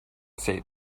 said